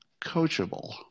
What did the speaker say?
coachable